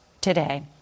today